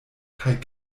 kaj